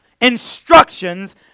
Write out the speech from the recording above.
Instructions